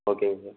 ஓகேங்க சார்